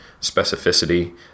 specificity